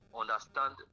understand